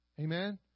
Amen